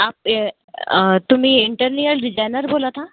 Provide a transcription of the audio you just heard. आप ये तुम्ही इंटरनियर डिजायनर बोलता